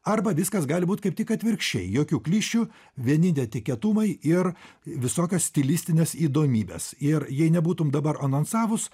arba viskas gali būt kaip tik atvirkščiai jokių klišių vieni netikėtumai ir visokios stilistinės įdomybės ir jei nebūtum dabar anonsavus